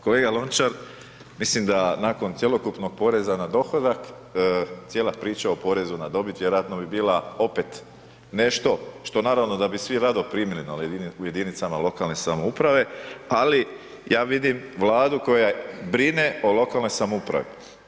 Kolega Lončar, mislim da nakon cjelokupnog poreza na dohodak, cijela priča o porezu na dobit vjerojatno bi bila opet nešto što naravno da bi svi rado primili u jedinicama lokalne samouprave ali ja vidim Vladu koja brine o lokalnoj samoupravi.